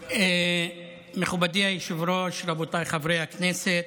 מכובדי היושב-ראש, רבותיי חברי הכנסת,